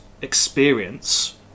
experience